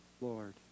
Lord